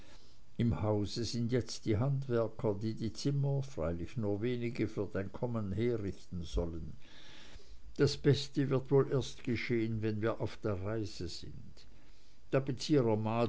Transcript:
im hause sind jetzt die handwerker die die zimmer freilich nur wenige für dein kommen herrichten sollen das beste wird wohl erst geschehen wenn wir auf der reise sind